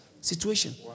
situation